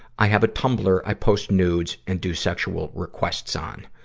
i have a tumblr i post nudes and do sexual requests on.